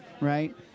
right